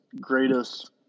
greatest